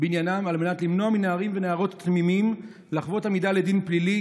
בעניינם על מנת למנוע מנערים ונערות תמימים לחוות עמידה לדין פלילי,